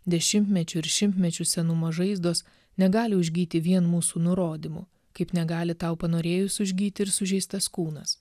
dešimtmečių ir šimtmečių senumo žaizdos negali užgyti vien mūsų nurodymu kaip negali tau panorėjus užgyti ir sužeistas kūnas